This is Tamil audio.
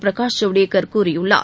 பிரகாஷ் ஜவ்டேகர் கூறியுள்ளார்